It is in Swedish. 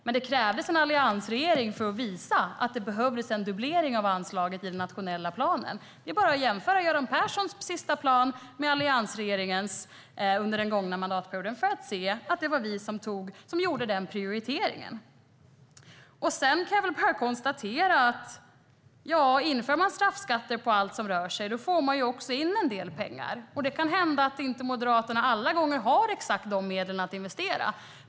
Men det krävdes en alliansregering för att visa att det behövdes en dubblering av anslaget i den nationella planen. Det är bara att jämföra Göran Perssons sista plan med alliansregeringens under den gångna mandatperioden för att se att det var vi som gjorde den prioriteringen. Jag kan bara konstatera att om man inför straffskatter på allt som rör sig får man också in en del pengar. Det kan hända att Moderaterna inte alla gånger har exakt de medlen att investera.